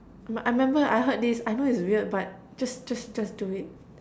I remember I heard this I know it's weird but just just just do it